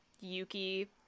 Yuki